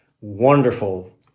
wonderful